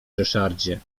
ryszardzie